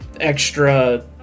extra